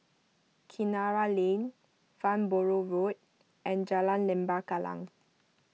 Kinara Lane Farnborough Road and Jalan Lembah Kallang